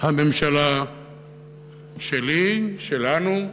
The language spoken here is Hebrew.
הממשלה שלי, שלנו,